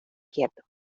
quieto